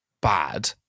bad